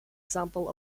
example